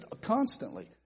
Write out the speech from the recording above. Constantly